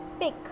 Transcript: pick